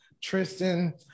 Tristan